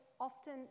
often